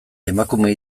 emakume